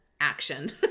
action